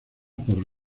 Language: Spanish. por